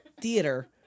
theater